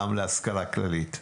סתם להשכלה כללית.